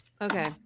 Okay